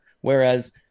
whereas